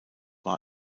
war